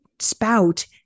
spout